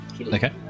Okay